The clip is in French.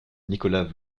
nicolas